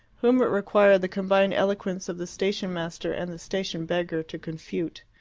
whom it required the combined eloquence of the station-master and the station beggar to confute.